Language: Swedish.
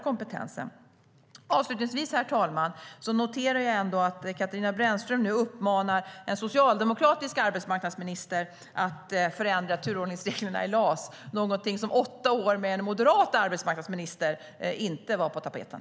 Jag noterar ändå, herr talman, att Katarina Brännström nu uppmanar en socialdemokratisk arbetsmarknadsminister att förändra turordningsreglerna i LAS. Det är något som under åtta år med en moderat arbetsmarknadsminister inte var på tapeten.